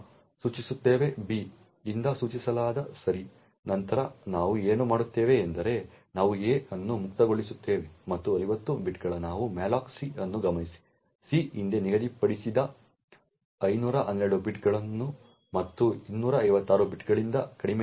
b ಯಿಂದ ಸೂಚಿಸಲಾಗಿದೆ ಸರಿ ನಂತರ ನಾವು ಏನು ಮಾಡುತ್ತೇವೆ ಎಂದರೆ ನಾವು a ಅನ್ನು ಮುಕ್ತಗೊಳಿಸುತ್ತೇವೆ ಮತ್ತು 50 ಬೈಟ್ಗಳ ನಾವು malloc c ಅನ್ನು ಗಮನಿಸಿ c ಹಿಂದೆ ನಿಗದಿಪಡಿಸಿದ 512 ಬೈಟ್ಗಳು ಮತ್ತು 256 ಬೈಟ್ಗಳಿಗಿಂತ ಕಡಿಮೆಯಾಗಿದೆ